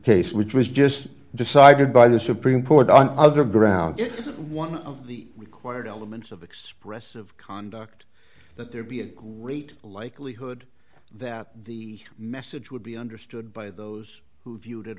case which was just decided by the supreme court on other grounds one of the required elements of expressive conduct that there be a great likelihood that the message would be understood by those who viewed it